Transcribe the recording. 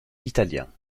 italien